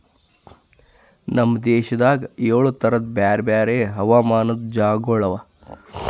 ನಮ್ ದೇಶದಾಗ್ ಏಳು ತರದ್ ಬ್ಯಾರೆ ಬ್ಯಾರೆ ಹವಾಮಾನದ್ ಜಾಗಗೊಳ್ ಅವಾ